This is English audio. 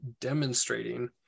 demonstrating